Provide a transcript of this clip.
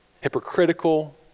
hypocritical